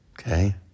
Okay